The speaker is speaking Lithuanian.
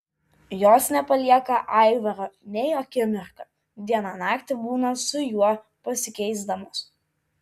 jos nepalieka aivaro nei akimirką dieną naktį būna su juo pasikeisdamos